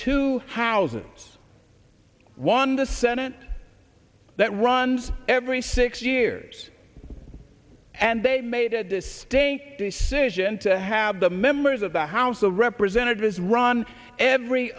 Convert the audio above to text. to houses one the senate that runs every six years and they made this day the situation to have the members of the house of representatives run every